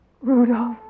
Rudolph